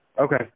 Okay